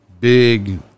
big